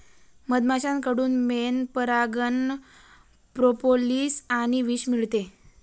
मधमाश्यांकडून मेण, परागकण, प्रोपोलिस आणि विष मिळते